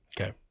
Okay